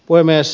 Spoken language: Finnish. puhemies